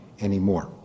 anymore